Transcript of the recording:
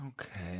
Okay